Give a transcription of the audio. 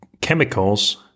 chemicals